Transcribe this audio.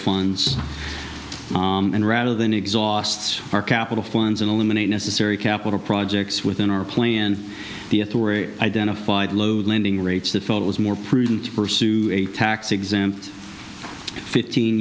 funds and rather than exhaust our capital funds and eliminate necessary capital projects within our plan the authorities identified lending rates that felt was more prudent to pursue a tax exempt fifteen